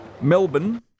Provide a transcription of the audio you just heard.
Melbourne